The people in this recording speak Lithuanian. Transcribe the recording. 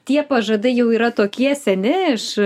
tie pažadai jau yra tokie seni iš